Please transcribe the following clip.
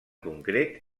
concret